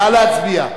נא להצביע,